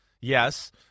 Yes